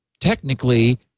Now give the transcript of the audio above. technically